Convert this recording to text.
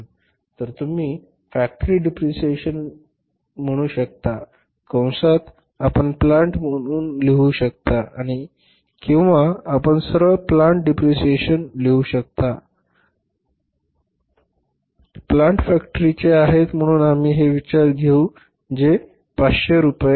तर तुम्ही factory depreciation म्हणू शकता कंसात आपण प्लान्ट म्हणून लिहू शकता किंवा आपण सरळ प्लान्ट डिप्रिशिएशन लिहू शकता कालण प्लान्ट फॅक्टरीचे आहेत म्हणून आम्ही हे विचारात घेऊ जे कि पाचशे रुपये आहे